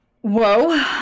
Whoa